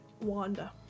Wanda